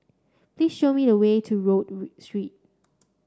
please show me the way to Rodyk Read Street